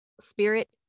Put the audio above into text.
spirit